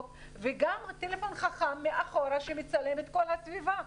וגם טלפון חכם מאחור שמצלם את כל הסביבה.